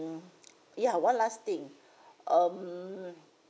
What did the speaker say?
yeah one last thing um